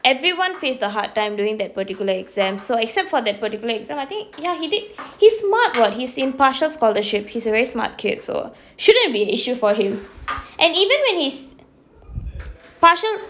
everyone faced a hard time during that particular exam so except for that particular exam I think ya he did he smart [what] he is in partial scholarship he's a very smart kid so shouldn't be an issue for him and even when he's partial